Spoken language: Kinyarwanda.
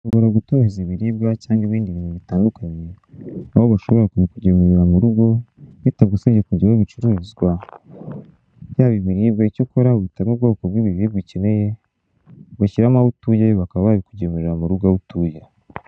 ...shobora gutoza ibiribwa cyangwa ibindi bintu bitandukanye, aho bashobora kubikugemurira mu rugo bitagusenye kungeraho ibicuruzwa. Byaba ibibwa icyo ukora uhitamo ubwoko bw'imibiribwa ukeneye, ubashyiramo aho utuye, bakaba babikugemurira mu rugo aho utuye.